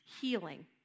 healing